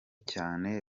cyane